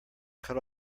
cut